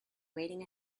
waiting